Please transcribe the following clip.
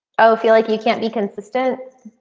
i feel like you can't be consistent.